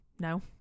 No